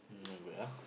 not good ah